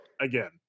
again